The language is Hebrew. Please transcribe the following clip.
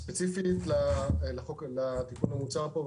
ספציפית לתיקון המוצע פה,